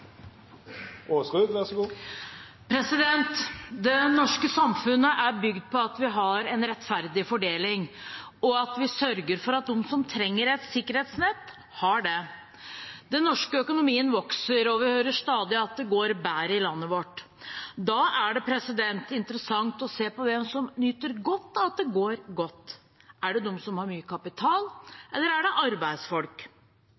uten palmeolje. Så forventningen er at det vil fortsette å gå ned, samtidig som biodrivstoff er en viktig del for å ned utslipp raskt nok. Replikkordskiftet er då omme. Det norske samfunnet er bygd på at vi har en rettferdig fordeling, og at vi sørger for at de som trenger et sikkerhetsnett, har det. Den norske økonomien vokser, og vi hører stadig at det går bedre i landet vårt. Da er det interessant å se på